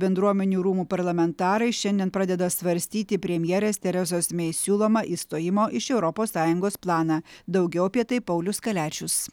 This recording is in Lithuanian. bendruomenių rūmų parlamentarai šiandien pradeda svarstyti premjerės teresos mei siūlomą išstojimo iš europos sąjungos planą daugiau apie tai paulius kaliačius